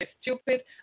stupid